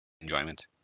enjoyment